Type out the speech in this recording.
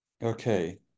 Okay